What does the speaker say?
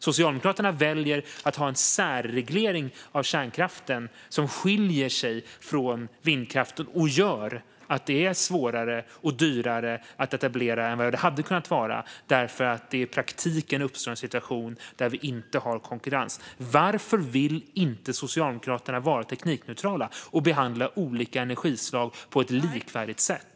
Socialdemokraterna väljer att ha en särreglering av kärnkraften som skiljer sig från regleringen av vindkraften och gör att det är svårare och dyrare att etablera kärnkraft än vad det hade kunnat vara, eftersom det i praktiken uppstår en situation där vi inte har konkurrens. Varför vill inte Socialdemokraterna vara teknikneutrala och behandla olika energislag på ett likvärdigt sätt?